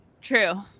true